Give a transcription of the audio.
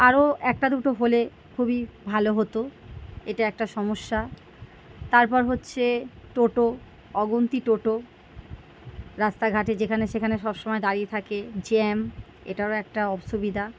আরও একটা দুটো হলে খুবই ভালো হতো এটা একটা সমস্যা তারপর হচ্ছে টোটো অগুন্তি টোটো রাস্তাঘাটে যেখানে সেখানে সব সময় দাঁড়িয়ে থাকে জ্যাম এটাও একটা অসুবিধা